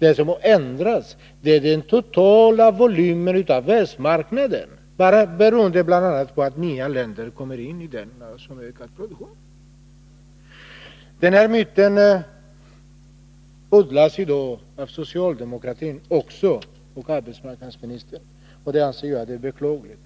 Det som har ändrats är världsmarknadens totala volym, bl.a. beroende på att nya länder kommit in där, med ökad produktion som följd. Den här myten odlas i dag också av socialdemokratin, bl.a. av arbetsmarknadsministern. Det anser jag vara beklagligt.